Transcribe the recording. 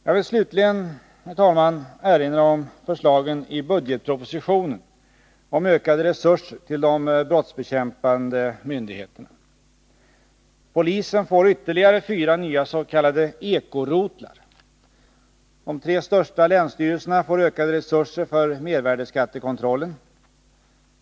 Jag vill slutligen erinra om förslagen i budgetpropositionen om ökade resurser till de brottsbekämpande myndigheterna. Polisen får ytterligare fyra nya s.k. eko-rotlar. De tre största länsstyrelserna får ökade resurser för mervärdeskattekontrollen.